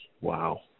Wow